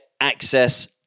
access